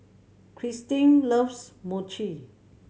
Cristine loves Mochi